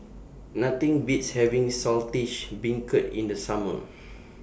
Nothing Beats having Saltish Beancurd in The Summer